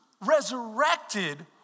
resurrected